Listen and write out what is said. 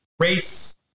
Race